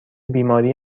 بیماری